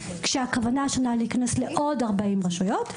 כשהכוונה השנה להיכנס לעוד 40 רשויות.